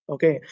Okay